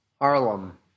Harlem